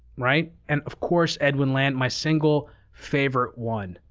right? and of course edwin land, my single favorite one.